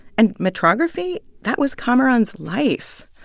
and metrography, that was kamaran's life.